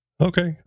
Okay